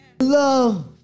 Love